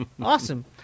awesome